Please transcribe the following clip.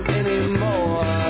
anymore